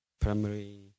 primary